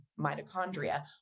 mitochondria